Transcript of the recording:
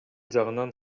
жагынан